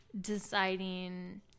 deciding